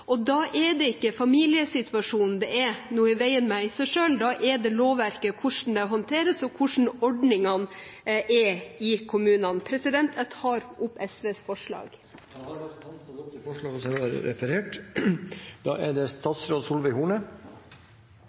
mange. Da er det ikke familiesituasjonen i seg selv det er noe i veien med. Da er det lovverket, hvordan det håndteres, og hvordan ordningene er i kommunene, det er noe i veien med. Jeg tar opp SVs forslag. Da har representanten Kirsti Bergstø tatt opp de forslagene hun refererte til. Regjeringen er